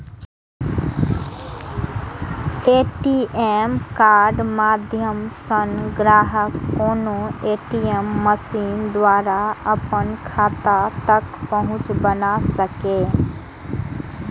ATM कार्डक माध्यम सं ग्राहक कोनो ए.टी.एम मशीन द्वारा अपन खाता तक पहुंच बना सकैए